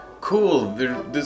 Cool